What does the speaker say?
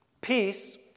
peace